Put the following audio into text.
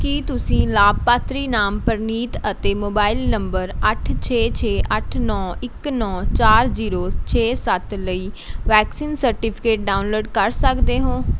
ਕੀ ਤੁਸੀਂ ਲਾਭਪਾਤਰੀ ਨਾਮ ਪ੍ਰਨੀਤ ਅਤੇ ਮੋਬਾਈਲ ਨੰਬਰ ਅੱਠ ਛੇ ਛੇ ਅੱਠ ਨੌ ਇੱਕ ਨੌ ਚਾਰ ਜ਼ੀਰੋ ਛੇ ਸੱਤ ਲਈ ਵੈਕਸੀਨ ਸਰਟੀਫਿਕੇਟ ਡਾਊਨਲੋਡ ਕਰ ਸਕਦੇ ਹੋ